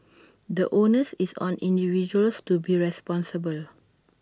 the onus is on individuals to be responsible